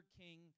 king